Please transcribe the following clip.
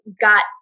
got